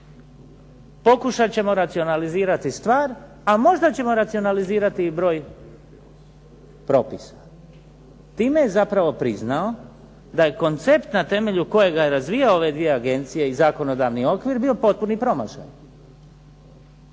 pokušat ćemo racionalizirati stvar, a možda ćemo racionalizirati i broj propisa. Time je zapravo priznao da je koncept na temelju kojega je razvijao ove dvije agencije i zakonodavni okvir bio potpuni promašaj.